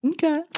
Okay